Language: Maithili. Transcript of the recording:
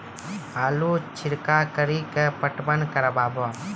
आलू छिरका कड़ी के पटवन करवा?